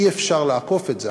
אי-אפשר לעקוף את זה.